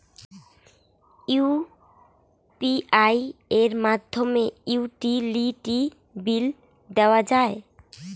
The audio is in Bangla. ইউ.পি.আই এর মাধ্যমে কি ইউটিলিটি বিল দেওয়া যায়?